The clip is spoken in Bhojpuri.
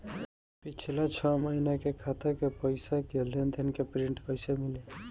पिछला छह महीना के खाता के पइसा के लेन देन के प्रींट कइसे मिली?